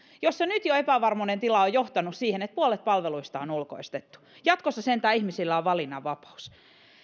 jos jo nyt epävarmuuden tila on johtanut siihen että puolet palveluista on ulkoistettu jatkossa sentään ihmisillä on valinnanvapaus